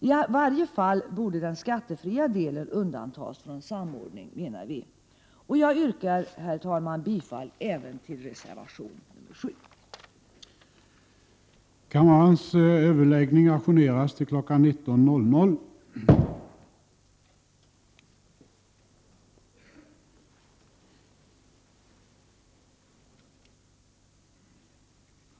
I varje fall borde den skattefria delen enligt vår mening undantas från samordning. Jag yrkar, herr talman, bifall även till reservation 7.